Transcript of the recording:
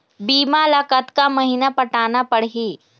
बीमा ला कतका महीना पटाना पड़ही?